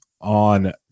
on